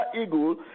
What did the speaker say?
eagle